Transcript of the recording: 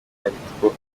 aritwo